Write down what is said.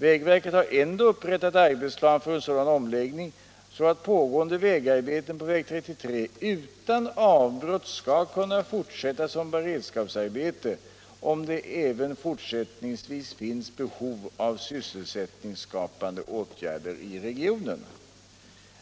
Vägverket har ändå upprättat arbetsplan för en sådan omläggning, så att pågående vägarbeten vägen Pelarne-Vimmerby på väg 33 utan avbrott skall kunna fortsätta som beredskapsarbete om det även fortsättningsvis finns behov av sysselsättningsskapande åtgärder i regionen.